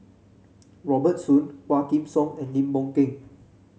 Robert Soon Quah Kim Song and Lim Boon Keng